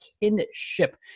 Kinship